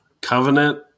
Covenant